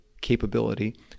capability